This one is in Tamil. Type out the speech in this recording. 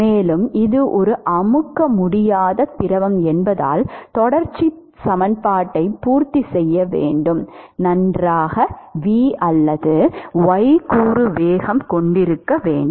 மேலும் இது ஒரு அமுக்க முடியாத திரவம் என்பதால் தொடர்ச்சி சமன்பாட்டை பூர்த்தி செய்ய நீங்கள் நன்றாக v அல்லது y கூறு வேகம் கொண்டிருக்க வேண்டும்